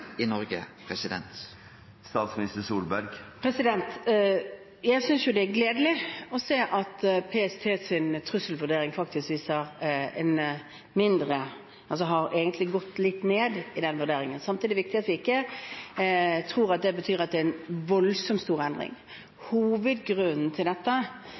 Jeg synes det er gledelig å se at PST har gått litt ned i sin trusselvurdering, men samtidig er det viktig at vi ikke tror at det betyr at det er en voldsomt stor endring. Hovedgrunnen til dette